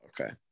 Okay